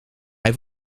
hij